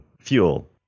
fuel